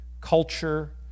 culture